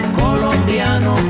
colombiano